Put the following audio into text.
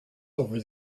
over